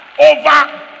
over